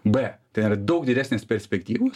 b ten yra daug geresnės perspektyvos